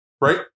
Right